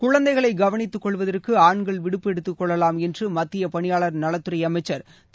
குழந்தைகளைக் கவனித்துக் கொள்வதற்குஆண்கள் விடுப்பு எடுத்துக் கொள்ளலாம் என்றுமத்தியபணியாளர் நலத் துறைஅமைச்சர் திரு